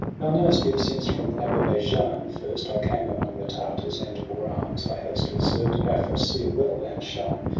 thou know'st if, since from ader-baijan first i came among the tartars and bore arms, i have still served afrasiab well, and shown,